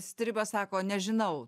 stribas sako nežinau